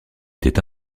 était